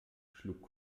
schlug